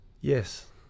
Yes